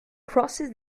crosses